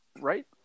right